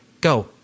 Go